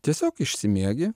tiesiog išsimiegi